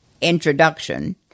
introduction